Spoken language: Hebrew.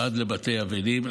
ובבתי אבלים,